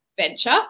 venture